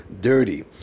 dirty